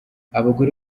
abagore